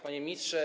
Panie Ministrze!